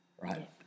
right